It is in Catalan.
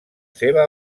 seva